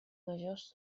majors